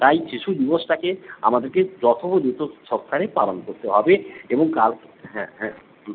তাই শিশু দিবসটাকে আমাদেরকে যথোপযুক্ত সহকারে পালন করতে হবে এবং কালকে হ্যাঁ হ্যাঁ হুম